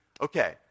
okay